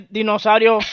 dinosaurio